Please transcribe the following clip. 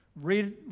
read